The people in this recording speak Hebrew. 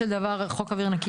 אחרות.